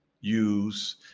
use